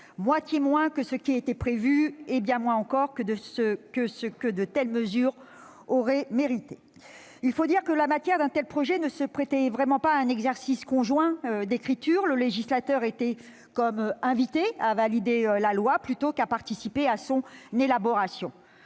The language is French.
moitié moins que ce qui était prévu, et bien moins encore que ce qu'auraient mérité de telles mesures. Il faut dire que la matière d'un tel projet ne se prêtait pas vraiment à un exercice conjoint d'écriture, le législateur étant invité à valider la loi plutôt qu'à participer à son élaboration.